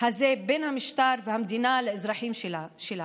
הזה בין משטר ומדינה לאזרחים שלה.